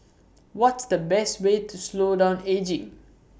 what's the best way to slow down ageing